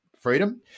freedom